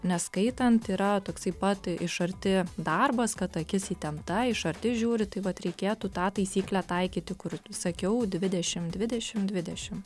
nes skaitant yra toksai pat iš arti darbas kad akis įtempta iš arti žiūri taip vat reikėtų tą taisyklę taikyti kur sakiau dvidešim dvidešim dvidešim